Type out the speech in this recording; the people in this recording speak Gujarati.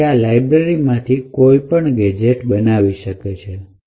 અને તે આ લાઇબ્રેરીમાંથી કોઈપણ ગેજેટ બનાવી શકે છે